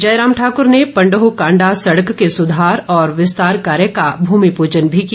जयराम ठाकुर ने पंडोह कांडा सड़क के सुधार और विस्तार कार्य का भूमि पूजन भी किया